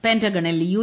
പെന്റഗണിൽ U